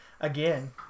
again